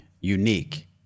unique